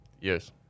Yes